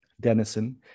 Denison